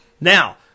Now